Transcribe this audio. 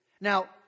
Now